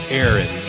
Aaron